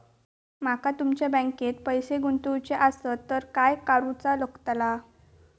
माका तुमच्या बँकेत पैसे गुंतवूचे आसत तर काय कारुचा लगतला?